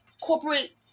corporate